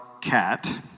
cat